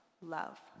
love